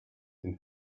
dem